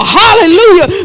hallelujah